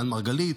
דן מרגלית,